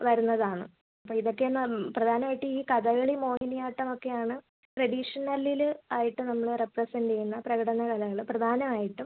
വരുന്നതാണ് അപ്പോൾ ഇത് ഒക്കെയെന്നും പ്രധാനമായിട്ടും ഈ കഥകളി മോഹിനിയാട്ടം ഒക്കെ ആണ് ട്രഡീഷണലിൽ ആയിട്ട് നമ്മൾ റെപ്രെസെൻ്റ് ചെയ്യുന്ന പ്രകടന കലകൾ പ്രധാനം ആയിട്ടും